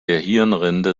hirnrinde